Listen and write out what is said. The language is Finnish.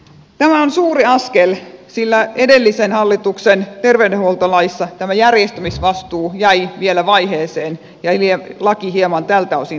tämä on suuri askel sillä edellisen hallituksen terveydenhuoltolaissa tämä järjestämisvastuu jäi vielä vaiheeseen laki jäi hieman tältä osin torsoksi